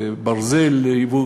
ברזל לייבוא,